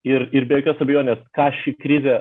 ir ir be jokios abejonės ką ši krizė